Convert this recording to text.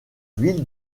ville